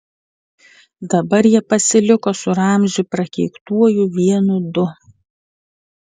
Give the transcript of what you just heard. dabar jie pasiliko su ramziu prakeiktuoju vienu du